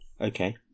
Okay